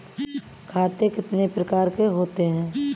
खाते कितने प्रकार के होते हैं?